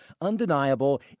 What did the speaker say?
undeniable